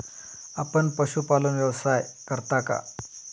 आपण पशुपालन व्यवसाय करता का?